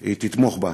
היא תתמוך בה.